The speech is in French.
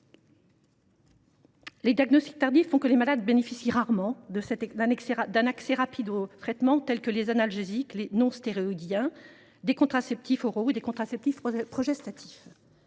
Les diagnostics tardifs font que les malades bénéficient rarement d’un accès rapide aux traitements existants que sont certains analgésiques non stéroïdiens, des contraceptifs oraux et des contraceptifs progestatifs.